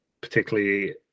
particularly